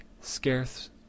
scarce